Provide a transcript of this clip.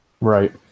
Right